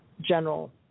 general